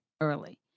early